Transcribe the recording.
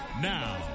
Now